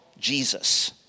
Jesus